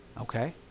Okay